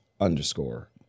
underscore